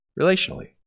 relationally